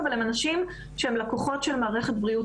אבל הם אנשים שהם לקוחות של מערכת בריאות